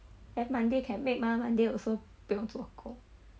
eh monday can make mah monday also 不用做工